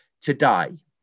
today